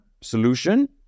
solution